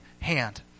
hand